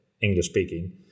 English-speaking